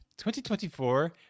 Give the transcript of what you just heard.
2024